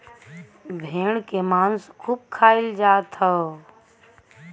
भेड़ के मांस खूब खाईल जात हव